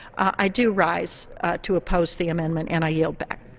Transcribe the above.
i do rise to oppose the amendment. and i yield back.